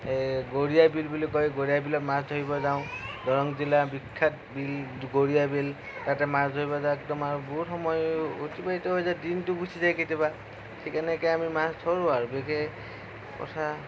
এ গৰিয়া বিল বুলি কয় গৰিয়াবিলত মাছ ধৰিব যাওঁ দৰং জিলাৰ বিখ্যাত বিল গৰিয়া বিল তাতে মাছ ধৰিব যাওঁ একদম আৰু বহুত সময় অতিবাহিত হৈ যায় দিনটো গুচি যায় কেতিয়াবা ঠিক এনেকৈ আমি মাছ ধৰোঁ আৰু কথা